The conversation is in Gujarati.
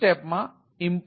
for line in sys